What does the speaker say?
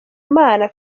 mana